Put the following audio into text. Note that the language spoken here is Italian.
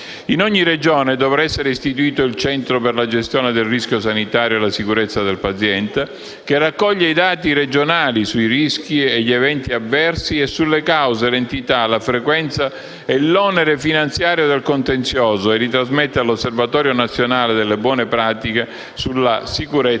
In ogni Regione dovrà essere istituito il centro per la gestione del rischio sanitario e la sicurezza del paziente, che raccoglie i dati regionali sui rischi e gli eventi avversi e sulle cause, l'entità, la frequenza e l'onere finanziario del contenzioso e li trasmette all'Osservatorio nazionale delle buone pratiche sulla sicurezza nella sanità.